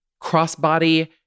crossbody